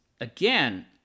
again